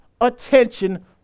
attention